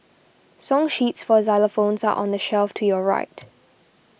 song sheets for xylophones are on the shelf to your right